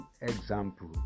example